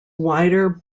wider